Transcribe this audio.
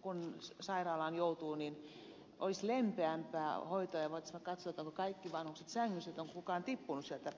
kun sairaalaan joutuu niin olisi lempeämpää hoitoa ja voitaisiin vaikka katsoa ovatko kaikki vanhukset sängyssä onko esimerkiksi kukaan tippunut sieltä alas